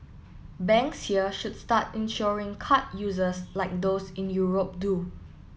banks here should start insuring card users like those in Europe do